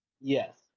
Yes